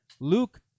Luke